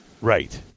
Right